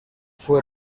fue